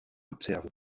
observe